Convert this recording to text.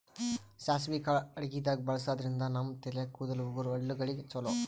ಸಾಸ್ವಿ ಕಾಳ್ ಅಡಗಿದಾಗ್ ಬಳಸಾದ್ರಿನ್ದ ನಮ್ ತಲೆ ಕೂದಲ, ಉಗುರ್, ಹಲ್ಲಗಳಿಗ್ ಛಲೋ